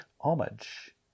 homage